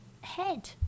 head